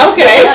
Okay